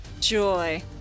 Joy